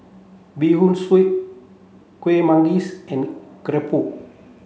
Bee Hoon Soup Kueh Manggis and Keropok